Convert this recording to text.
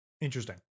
Interesting